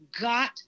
got